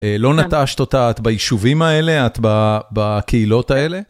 לא נטשת אותה את ביישובים האלה, את בקהילות האלה?